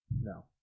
No